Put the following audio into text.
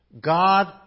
God